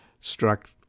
struck